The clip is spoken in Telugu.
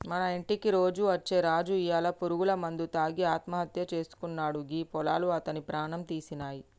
మన ఇంటికి రోజు అచ్చే రాజు ఇయ్యాల పురుగుల మందు తాగి ఆత్మహత్య సేసుకున్నాడు గీ పొలాలు అతని ప్రాణం తీసినాయి